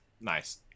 nice